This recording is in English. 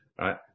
right